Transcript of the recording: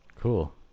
Cool